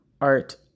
art